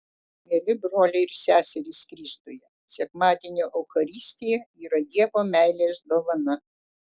mieli broliai ir seserys kristuje sekmadienio eucharistija yra dievo meilės dovana